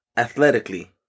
Athletically